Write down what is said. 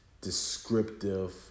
descriptive